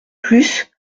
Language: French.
plus